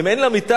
אם אין לה מיטה,